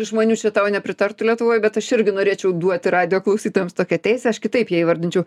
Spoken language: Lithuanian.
žmonių čia tau nepritartų lietuvoje bet aš irgi norėčiau duoti radijo klausytojams tokią teisę aš kitaip ją įvardinčiau